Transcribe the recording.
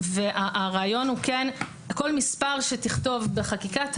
כל מספר שתכתוב בחקיקה,